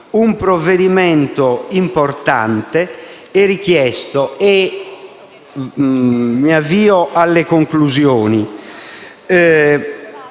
un provvedimento importante e richiesto. Avviandomi alle conclusioni,